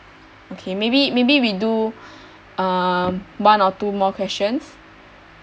okay maybe maybe we do uh one or two more questions